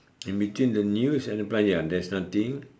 in between the news and the plant ya there's nothing